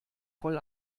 voll